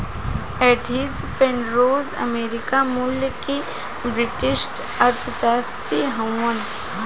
Edith Penrose America मूल के British अर्थशास्त्री हउवन